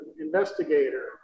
investigator